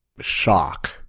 shock